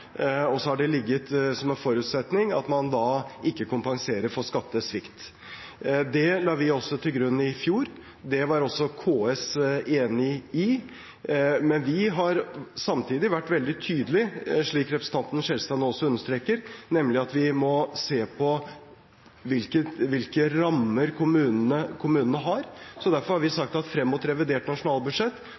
har ligget som en forutsetning at man da ikke kompenserer for skattesvikt. Det la vi også til grunn i fjor, og det var også KS enig i. Men vi har samtidig vært veldig tydelige, slik representanten Skjelstad nå også understreker, på at vi må se på hvilke rammer kommunene har. Derfor har vi sagt at frem mot revidert nasjonalbudsjett